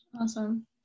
Awesome